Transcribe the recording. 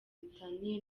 bitaniye